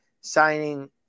signing